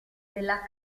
della